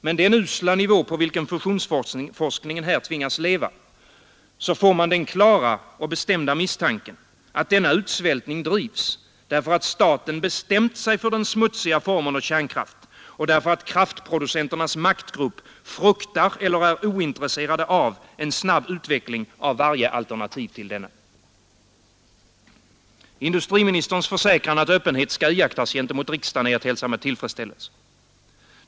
Med den usla nivå, på vilken fusionsforskningen här tvingas leva, får man den klara och bestämda misstanken att denna utsvältning drivs därför att staten bestämt sig för den smutsiga formen av kärnkraft och därför att kraftproducenternas maktgrupp fruktar eller är ointresserad av en snabb utveckling av varje alternativ till denna. Industriministerns försäkran att öppenhet skall iakttas gentemot riksdagen är att hälsa med tillfredsställelse.